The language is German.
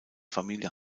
familie